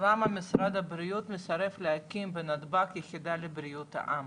למה משרד הבריאות מסרב להקים בנתב"ג יחידה לבריאות העם?